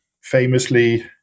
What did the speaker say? famously